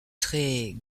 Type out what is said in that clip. très